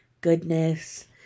goodness